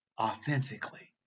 authentically